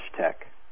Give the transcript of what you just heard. Tech